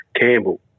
Campbell